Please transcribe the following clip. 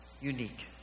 Unique